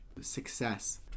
Success